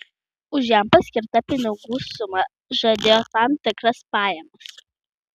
už jam paskirtą pinigų sumą žadėjo tam tikras pajamas